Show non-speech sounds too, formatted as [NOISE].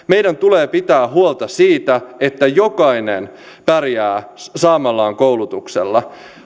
[UNINTELLIGIBLE] meidän tulee pitää huolta siitä että jokainen pärjää saamallaan koulutuksella